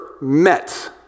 met